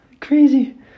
crazy